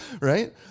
right